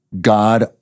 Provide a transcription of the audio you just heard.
God